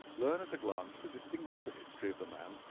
learn at a glance to distinguish the history of the man,